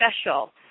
special